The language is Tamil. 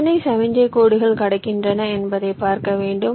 எத்தனை சமிக்ஞை கோடுகள் கடக்கின்றன என்பதை பார்க்க வேண்டும்